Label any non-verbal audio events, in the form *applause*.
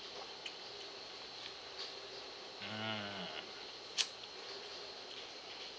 *noise* mm *noise*